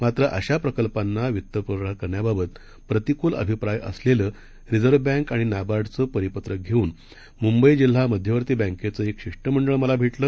मात्र अशाप्रकल्पांनावित्तपुरवठाकरण्याबाबतप्रतिकूलअभिप्रायअसलेलंरिझर्व्हबँकआणिनाबार्डचंपरिपत्रकघेऊनमुंबईजिल्हामध्यवर्तीबँकेचेएकशि ष्टमंडळमलाभेटलं